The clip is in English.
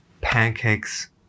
pancakes